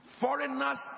foreigners